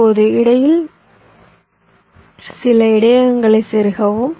இப்போது இடையில் சில இடையகங்களை செருகவும்